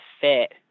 fit